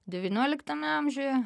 devynioliktame amžiuje